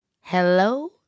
Hello